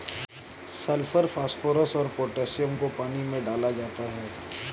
sulphur phosphorus और potassium को पानी में डाला जाता है